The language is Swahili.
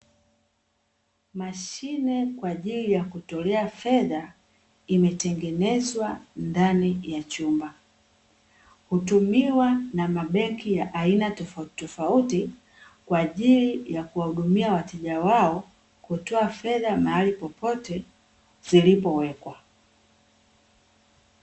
Mashine kwa ajili ya kutolea fedha, imetengenezwa ndani ya chumba. Hutumiwa na mabenki ya aina tofautitofauti, kwa ajili ya kuwahudumia wateja wao kutoa fedha mahali popote zilipowekwa.